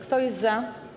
Kto jest za?